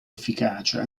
efficacia